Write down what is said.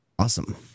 Awesome